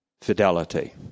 fidelity